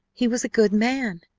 he was a good man!